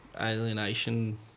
alienation